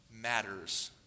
matters